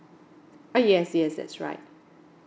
uh yes yes that's right